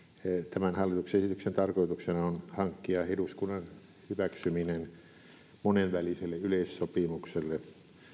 tämän hallituksen esityksen tarkoituksena on hankkia eduskunnan hyväksyminen monenväliselle yleissopimukselle